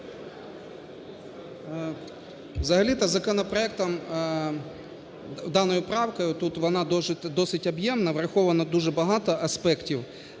Взагалі-то законопроектом, даною правкою, тут, вона досить об'ємна, враховано дуже багато аспектів